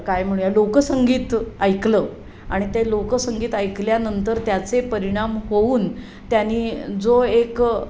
काय म्हणूया लोकसंगीत ऐकलं आणि ते लोकसंगीत ऐकल्यानंतर त्याचे परिणाम होऊन त्यांनी जो एक